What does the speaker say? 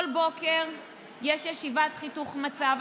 כל בוקר יש ישיבת חיתוך מצב.